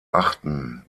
achten